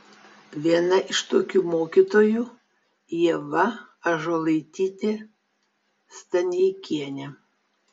viena iš tokių mokytojų ieva ąžuolaitytė staneikienė